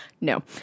No